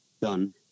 done